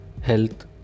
health